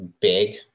big